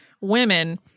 women